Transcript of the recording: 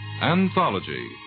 Anthology